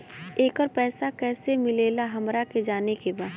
येकर पैसा कैसे मिलेला हमरा के जाने के बा?